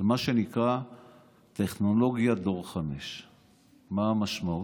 במה שנקרא טכנולוגיה דור 5. מה המשמעות?